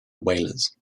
whalers